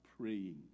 praying